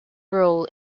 role